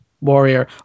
warrior